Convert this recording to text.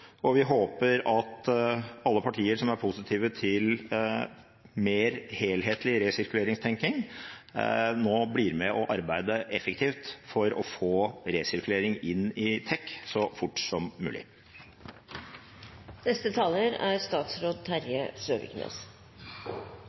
og vi håper at alle partier som er positive til mer helhetlig resirkuleringstenking, nå blir med på å arbeide effektivt for å få resirkulering inn i TEK så fort som